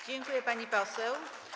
Dziękuję, pani poseł.